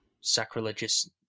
sacrilegious